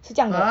是这样的